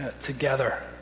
together